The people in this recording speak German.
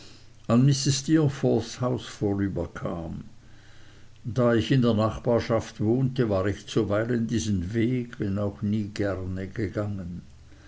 mrs steerforths haus vorüberkam da ich in der nachbarschaft wohnte war ich zuweilen diesen weg wenn auch nie gerne gegangen